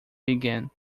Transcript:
began